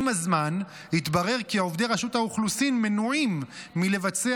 עם הזמן התברר כי עובדי רשות האוכלוסין מנועים מלבצע